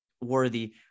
worthy